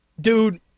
Dude